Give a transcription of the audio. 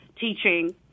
teaching